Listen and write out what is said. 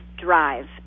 drive